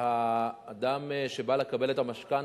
שאדם שבא לקבל את המשכנתה,